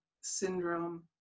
Syndrome